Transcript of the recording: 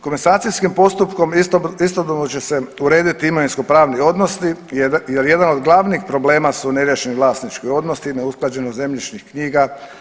Komasacijskim postupkom istodobno će se urediti imovinsko-pravni odnosi jer jedan od glavnih problema su neriješeni vlasnički odnosi, neusklađenost zemljišnih knjiga.